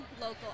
local